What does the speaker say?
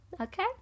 Okay